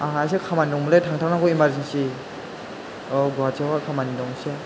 आंहा एसे खामानि दंमोन लै थांथार नांगौमोन इमारजिनसि औ गुहाटीयावहाय खामानि दं एसे